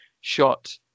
shot